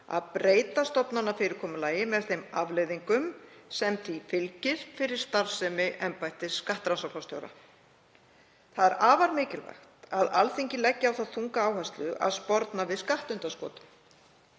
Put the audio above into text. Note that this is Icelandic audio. að breyta stofnanafyrirkomulagi með þeim afleiðingum sem því fylgir fyrir starfsemi embættis skattrannsóknarstjóra. Það er afar mikilvægt að Alþingi leggi á það þunga áherslu að sporna við skattundanskotum.